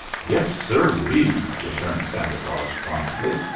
yes, sirree! returned santa claus promptly.